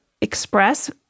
express